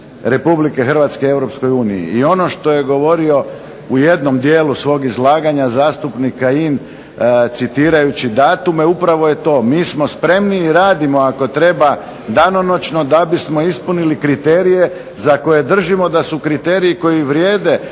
Republike Hrvatske Europskoj uniji. I ono što je govorio u jednom dijelu svog izlaganja zastupnik Kajin citirajući datume upravo je to, mi smo spremni i radimo ako treba danonoćno da bismo ispunili kriterije za koje držimo da su kriteriji koji vrijede